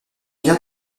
bien